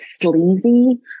sleazy